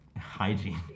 hygiene